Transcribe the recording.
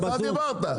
כבר דיברת.